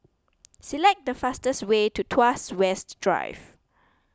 select the fastest way to Tuas West Drive